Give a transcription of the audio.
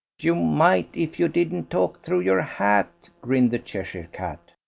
you might if you didn't talk through your hat, grinned the cheshire cat.